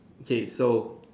okay so